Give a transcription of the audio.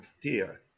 tier